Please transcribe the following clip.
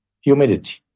humidity